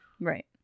Right